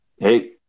Hey